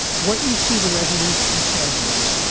what you see the resolution says is,